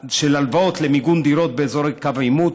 הלוואות למיגון דירות באזורי קו עימות,